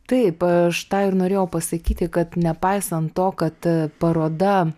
taip aš tą ir norėjau pasakyti kad nepaisant to kad paroda